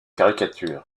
caricature